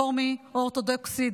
רפורמי או אורתודוקסי,